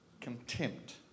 contempt